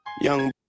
young